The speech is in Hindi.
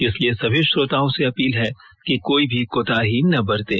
इसलिए सभी श्रोताओं से अपील है कि कोई भी कोताही ना बरतें